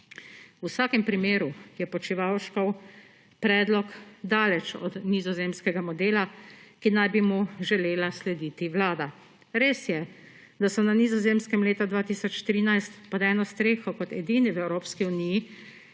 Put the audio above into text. V vsakem primeru je Počivalškov predlog daleč od nizozemskega modela, ki naj bi mu želela slediti Vlada. Res je, da so na Nizozemskem leta 2013 pod eno streho kot edini v Evropski uniji